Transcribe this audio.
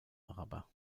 araber